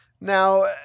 Now